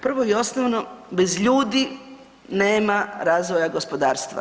Prvo i osnovno bez ljudi nema razvoja gospodarstva.